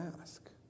ask